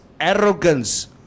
arrogance